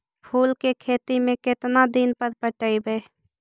फूल के खेती में केतना दिन पर पटइबै?